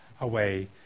away